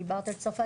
את דיברת על צרפת,